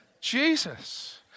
Jesus